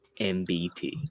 MBT